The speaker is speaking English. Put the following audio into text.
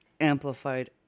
amplified